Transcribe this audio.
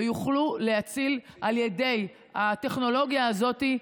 ויוכלו להציל חיים על ידי הטכנולוגיה הזאת.